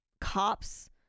cops